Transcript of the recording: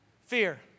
fear